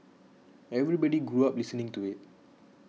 everybody grew up listening to it